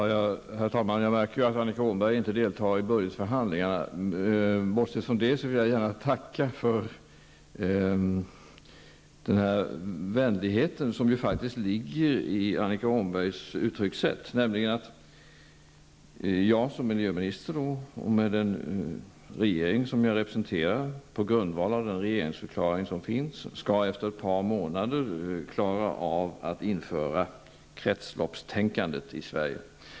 Herr talman! Jag märker att Annika Åhnberg inte deltar i budgetförhandlingarna. Bortsett från det vill jag gärna tacka för den vänlighet som ligger i Annika Åhnbergs uttryckssätt. Jag som miljöminister, i den regering som jag representerar, skall, på grundval av den regeringsförklaring som finns, efter ett par månader klara av att införa kretsloppstänkande i Sverige.